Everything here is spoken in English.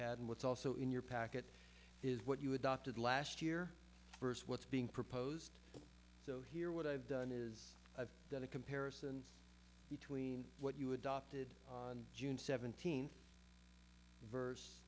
and what's also in your packet is what you adopted last year versus what's being proposed so here what i've done is i've done a comparison between what you adopted on june seventeenth